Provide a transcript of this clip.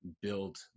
build